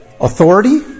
authority